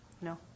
No